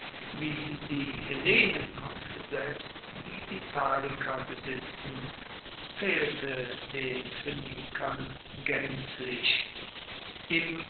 wie sie die hellenen und selbst die italiker besitzen fehlte den phoenikern gaenzlich im